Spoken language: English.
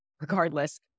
regardless